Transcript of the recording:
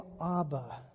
Abba